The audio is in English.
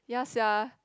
ya sia